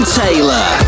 taylor